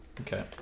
okay